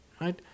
right